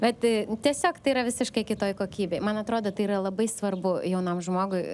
bet tiesiog tai yra visiškai kitoj kokybėj man atrodo tai yra labai svarbu jaunam žmogui